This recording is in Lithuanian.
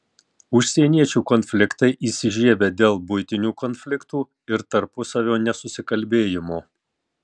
užsieniečių konfliktai įsižiebia dėl buitinių konfliktų ir tarpusavio nesusikalbėjimo